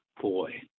Boy